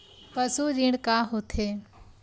पशु ऋण का होथे?